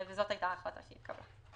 זאת הייתה ההחלטה שהתקבלה.